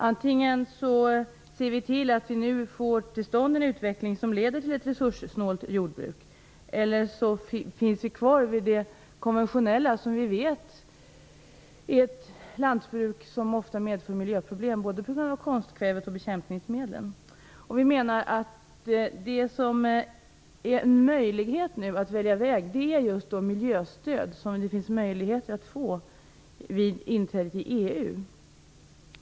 Antingen ser vi till att vi nu får till stånd en utveckling som leder till ett resurssnålt jordbruk eller också har vi kvar det konventionella jordbruket som vi vet ofta medför miljöproblem på grund av användningen av konstkväve och bekämpningsmedel. Vi menar att det nu finns en möjlighet att välja väg genom de miljöstöd som det finns möjligheter att få vid inträdet i EU.